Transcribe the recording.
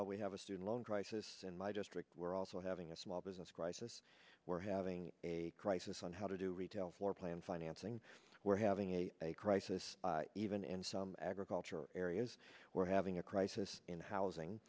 while we have a student loan crisis in my district we're also having a small business crisis we're having a crisis on how to do retail floorplan financing we're having a crisis even in some agriculture areas we're having a isis in housing